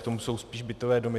K tomu jsou spíš bytové domy.